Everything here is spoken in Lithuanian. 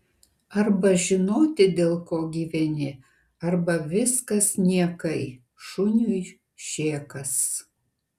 arba žinoti dėl ko gyveni arba viskas niekai šuniui šėkas